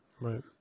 Right